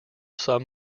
some